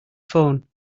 phone